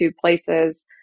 places